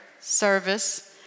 service